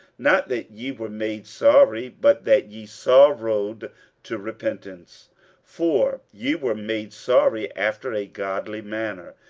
not that ye were made sorry, but that ye sorrowed to repentance for ye were made sorry after a godly manner,